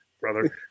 brother